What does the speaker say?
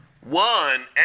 one